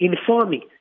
informing